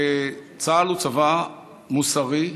שצה"ל הוא צבא מוסרי,